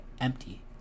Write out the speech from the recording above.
empty